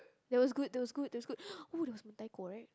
that was good that was good that was good oh there was Mentaiko right